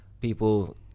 people